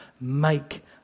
make